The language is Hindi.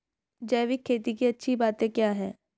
जैविक खेती की अच्छी बातें क्या हैं?